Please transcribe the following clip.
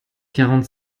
quarante